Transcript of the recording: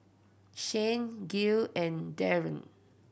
Shane Gayle and Daren